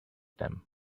them